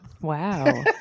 Wow